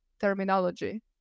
terminology